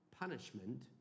punishment